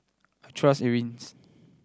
I trust Eucerin